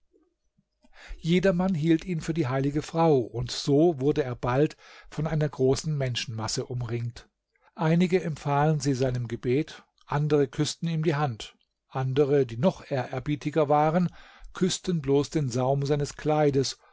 jedermann hielt ihn für die heilige frau und so wurde er bald von einer großen menschenmasse umringt einige empfahlen sie seinem gebet andere küßten ihm die hand andere die noch ehrerbietiger waren küßten bloß den saum seines kleides